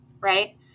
Right